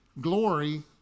glory